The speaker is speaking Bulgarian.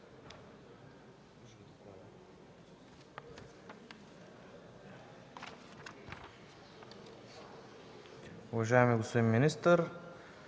Уважаеми господин министър,